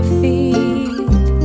feet